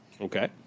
Okay